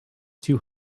too